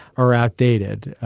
are outdated.